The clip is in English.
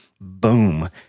boom